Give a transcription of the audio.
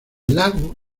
lago